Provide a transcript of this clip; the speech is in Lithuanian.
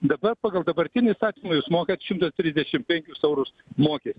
dabar pagal dabartinį įstatymą jūs mokate šimtą trisdešimt penkis eurus mokestį